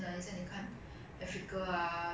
compared to ours is totally different